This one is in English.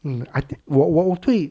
um I think 我我我可以